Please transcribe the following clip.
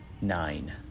Nine